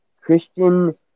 Christian